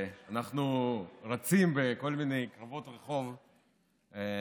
אנחנו רצים בכל מיני קרבות רחוב בבחירות,